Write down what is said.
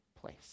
place